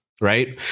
Right